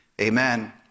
Amen